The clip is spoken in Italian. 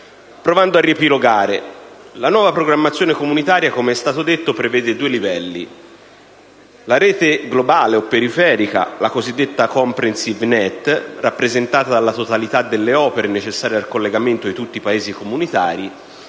Provando a riepilogare, la nuova programmazione comunitaria, com'è stato detto, prevede due livelli: la rete globale o periferica, la cosiddetta *comprehensive Net*, rappresentata dalla totalità delle opere necessarie al collegamento di tutti i Paesi comunitari,